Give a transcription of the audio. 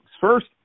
First